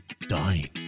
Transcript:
dying